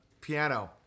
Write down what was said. piano